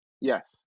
Yes